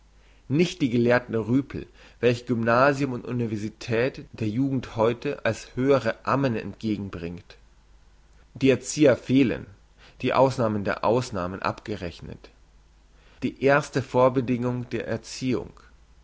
nicht die gelehrten rüpel welche gymnasium und universität der jugend heute als höhere ammen entgegenbringt die erzieherfehlen die ausnahmen der ausnahmen abgerechnet die erste vorbedingung der erziehung